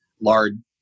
lard